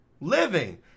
living